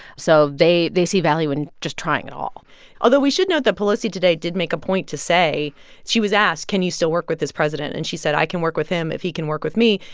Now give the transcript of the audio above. so they they see value in just trying at all although, we should note that pelosi today did make a point to say she was asked, can you still work with this president? and she said, i can work with him if he can work with me.